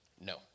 No